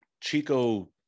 chico